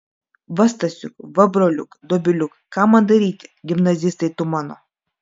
va stasiuk va broliuk dobiliuk ką man daryti gimnazistai tu mano